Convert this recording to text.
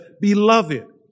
beloved